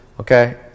okay